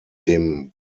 dem